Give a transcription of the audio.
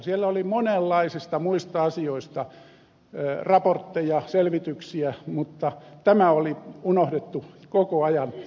siellä oli monenlaisista muista asioista raportteja selvityksiä mutta tämä oli unohdettu koko ajan